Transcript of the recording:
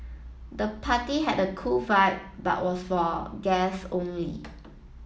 the party had a cool vibe but was for guests only